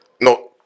no